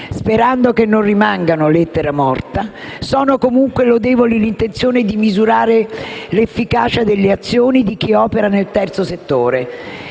Sperando che non rimangano lettera morta, sono comunque lodevoli l'intenzione di misurare l'efficacia delle azioni di chi opera nel terzo settore,